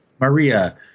maria